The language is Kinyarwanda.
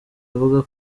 avuga